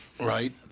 Right